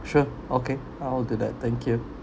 sure okay I'll do that thank you